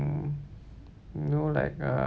mm you know like uh